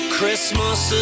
Christmas